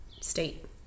state